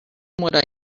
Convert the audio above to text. would